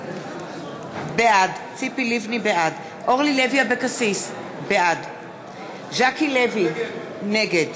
בעד אורלי לוי אבקסיס, בעד ז'קי לוי, נגד